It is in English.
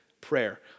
prayer